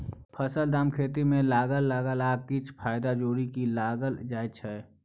फसलक दाम खेती मे लागल लागत आ किछ फाएदा जोरि केँ लगाएल जाइ छै